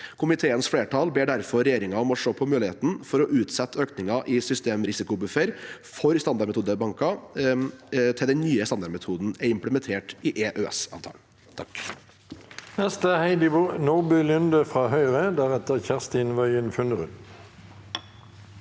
Komiteens flertall ber derfor regjeringen om å se på muligheten for å utsette økningen i systemrisikobuffer for standardmetodebanker til den nye standardmetoden er implementert i EØS-avtalen.